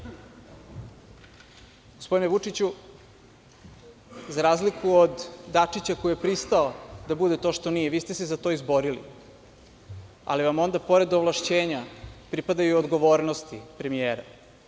Gospodine Vučiću, za razliku od Dačića koji je pristao da bude to što nije, vi ste se za to izborili, ali vam onda pored ovlašćenja pripadaju i odgovornosti premijera.